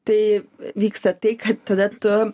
tai vyksta tai kad tada tu